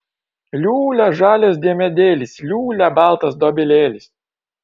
liūlia žalias diemedėlis liūlia baltas dobilėlis